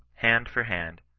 hand for hand,